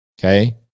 Okay